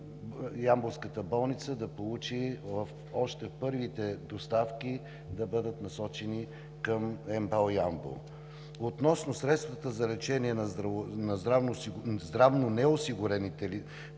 ямболската болница да ги получи, а още първите доставки да бъдат насочени към МБАЛ – Ямбол. Относно средствата за лечение на здравно неосигурените